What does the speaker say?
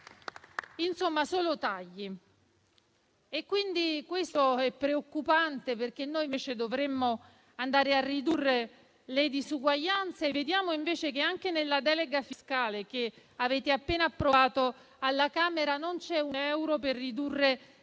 Insomma, solo tagli ed è preoccupante, perché invece dovremmo andare a ridurre le disuguaglianze. Vediamo invece che anche nella delega fiscale che avete appena approvato alla Camera dei deputati non c'è un euro per ridurre